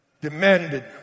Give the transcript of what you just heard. demanded